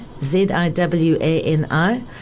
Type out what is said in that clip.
Z-I-W-A-N-I